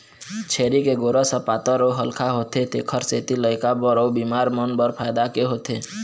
छेरी के गोरस ह पातर अउ हल्का होथे तेखर सेती लइका बर अउ बिमार मन बर फायदा के होथे